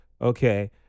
okay